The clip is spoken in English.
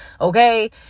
okay